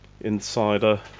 insider